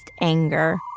anger